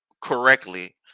correctly